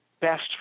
best